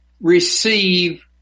receive